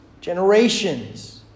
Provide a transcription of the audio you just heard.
Generations